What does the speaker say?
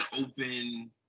open